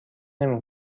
نمی